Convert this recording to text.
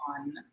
on